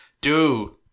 Dude